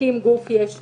הקים גוף יש מאין.